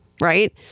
right